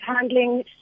handling